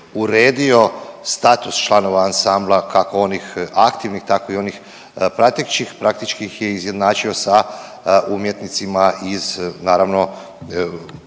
uredio status članova ansambla kako onih aktivnih tako i onih pratećih, praktički ih je izjednačio sa umjetnicima iz naravno